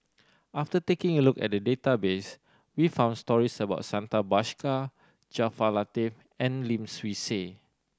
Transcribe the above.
after taking a look at the database we found stories about Santha Bhaskar Jaafar Latiff and Lim Swee Say